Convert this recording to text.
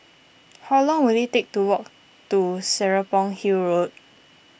how long will it take to walk to Serapong Hill Road